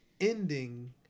ending